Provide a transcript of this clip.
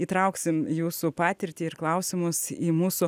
įtrauksim jūsų patirtį ir klausimus į mūsų